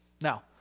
Now